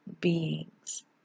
beings